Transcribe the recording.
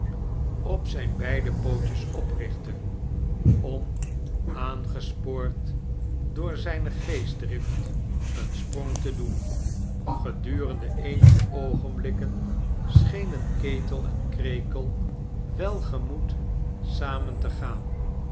op zijn beade poot jes oprichtte om aangespoord door zijne geestdrdft een sprang te doen gedurende eenige oogenblikken schenen ketel en krekel welgemoed samen te gaan